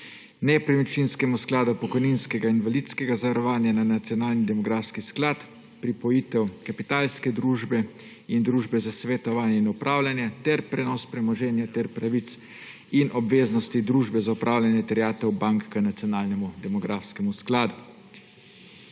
Nepremičninskemu skladu pokojninskega in invalidskega zavarovanja na Nacionalni demografski sklad, pripojitev Kapitalske družbe in Družbe za svetovanje in upravljanje ter prenos premoženja ter pravic in obveznosti Družbe za upravljanje terjatev bank k nacionalnemu demografskemu skladu.